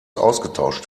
ausgetauscht